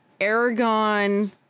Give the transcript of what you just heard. Aragon